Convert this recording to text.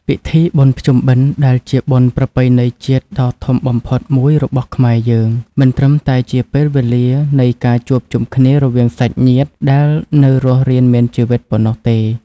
ពិធីបុណ្យភ្ជុំបិណ្ឌដែលជាបុណ្យប្រពៃណីជាតិដ៏ធំបំផុតមួយរបស់ខ្មែរយើង មិនត្រឹមតែជាពេលវេលានៃការជួបជុំគ្នារវាងសាច់ញាតិដែលនៅរស់រានមានជីវិតប៉ុណ្ណោះទេ។